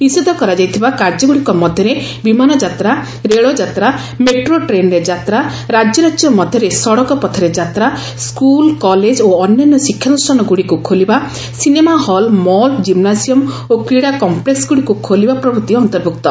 ନିଷେଧ କରାଯାଇଥିବା କାର୍ଯ୍ୟଗୁଡ଼ିକ ମଧ୍ୟରେ ବିମାନ ଯାତ୍ରା ରେଳ ଯାତ୍ରା ମେଟ୍ରୋ ଟ୍ରେନ୍ରେ ଯାତ୍ରା ରାଜ୍ୟ ରାଜ୍ୟ ମଧ୍ୟରେ ସଡ଼କ ପଥରେ ଯାତ୍ରା ସ୍କୁଲ କଲେଜ ଓ ଅନ୍ୟାନ୍ୟ ଶିକ୍ଷାନୁଷ୍ଠାନଗୁଡ଼ିକୁ ଖୋଲିବା ସିନେମା ହଲ୍ ମଲ୍ ଜିମ୍ନାସିୟମ ଓ କ୍ରୀଡ଼ା କମ୍ପ୍ଲେକ୍ସ ଗୁଡ଼ିକୁ ଖୋଲିବା ପ୍ରଭୂତି ଅନ୍ତର୍ଭୁକ୍ତ